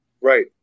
Right